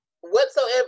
whatsoever